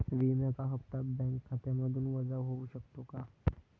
विम्याचा हप्ता बँक खात्यामधून वजा होऊ शकतो का?